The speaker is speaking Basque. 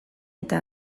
eta